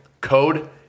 Code